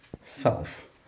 self